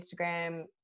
Instagram